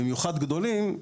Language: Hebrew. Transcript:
במיוחד גדולים,